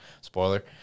spoiler